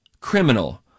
criminal